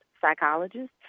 psychologist